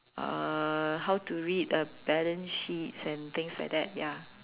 uh how to read a balance sheet and things like that ya